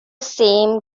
same